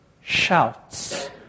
shouts